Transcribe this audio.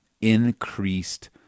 increased